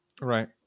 Right